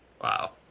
Wow